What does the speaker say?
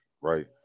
right